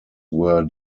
were